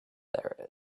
there